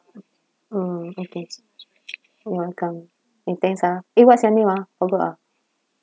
oh okay you're welcome eh thanks ah eh what's your name ah forgot ah